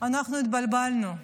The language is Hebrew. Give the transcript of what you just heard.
אנחנו התבלבלנו.